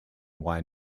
why